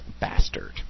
bastard